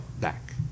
back